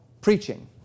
preaching